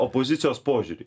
opozicijos požiūrį